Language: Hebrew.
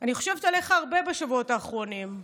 אני חושבת עליך הרבה בשבועות האחרונים.